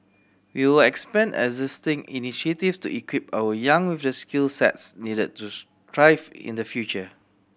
we will expand existing initiatives to equip our young the skill sets needed to thrive in the future